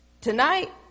tonight